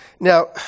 now